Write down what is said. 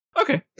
Okay